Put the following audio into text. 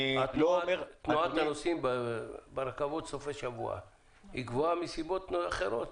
תנועת הנוסעים ברכבות בסופי השבוע גבוהה מסיבות אחרות.